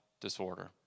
disorder